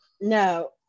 no